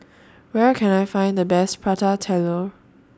Where Can I Find The Best Prata Telur